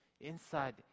inside